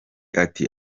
ati